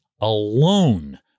alone